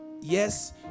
Yes